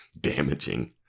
damaging